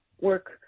work